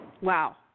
wow